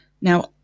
Now